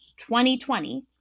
2020